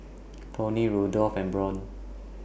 Toney Rudolph and Brant